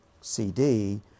CD